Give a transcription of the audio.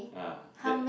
ah that